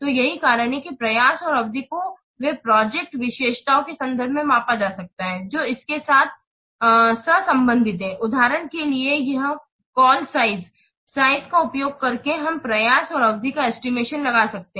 तो यही कारण है कि प्रयास और अवधि को वे कुछ प्रोजेक्ट विशेषताओं के संदर्भ में मापा जा सकता है जो इसके साथ सहसंबंधित हैं उदाहरण के लिए यह कॉल साइज़ है साइज़ का उपयोग करके हम प्रयास और अवधि का एस्टिमेशन लगा सकते हैं